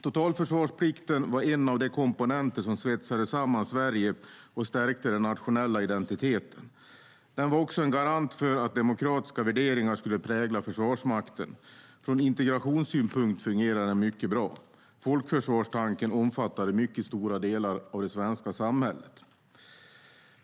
Totalförsvarsplikten var en av de komponenter som svetsade samman Sverige och stärkte den nationella identiteten. Den var också en garant för att demokratiska värderingar skulle prägla Försvarsmakten. Från integrationssynpunkt fungerade den mycket bra. Folkförsvarstanken omfattade mycket stora delar av det svenska samhället.